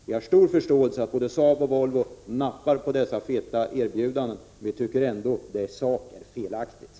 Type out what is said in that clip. Vi har stor förståelse för att både Saab och Volvo nappar på de feta erbjudandena, men vi tycker ändå att de i sak är felaktiga.